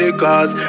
cause